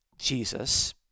Jesus